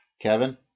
Kevin